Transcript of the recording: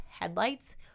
headlights